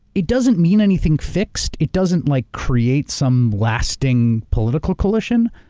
it doesn't mean anything fixed, it doesn't like create some lasting political colition,